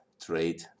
trade